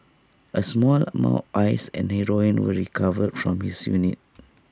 A small amount of ice and heroin were recovered from his souvenir